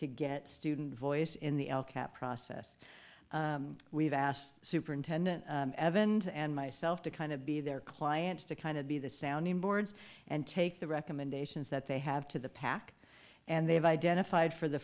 to get student voice in the process we've asked superintendent evans and myself to kind of be their clients to kind of be the sounding boards and take the recommendations that they have to the pack and they have identified for the